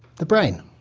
the brain.